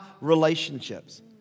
relationships